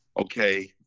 okay